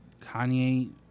Kanye